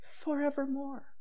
forevermore